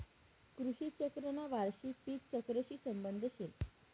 कृषी चक्रना वार्षिक पिक चक्रशी संबंध शे